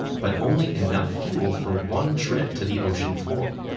but only enough fuel for one trip to the ocean floor.